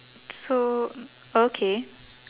so okay